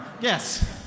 Yes